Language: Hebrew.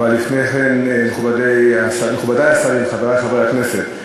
אבל לפני כן, מכובדי השרים, חברי חברי הכנסת,